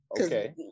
Okay